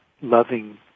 loving